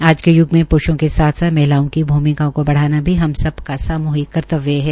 आज के यूग में प्रुषों के साथ साथ महिलाओं की भ्मिका को बढ़ाना भी हम सबका साम्हिक कर्तव्य है